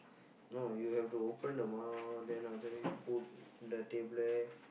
no you have to open the mouth then after that you put the tablet